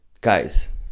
guys